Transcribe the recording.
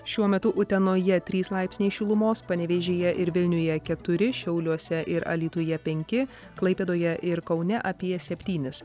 šiuo metu utenoje trys laipsniai šilumos panevėžyje ir vilniuje keturi šiauliuose ir alytuje penki klaipėdoje ir kaune apie septynis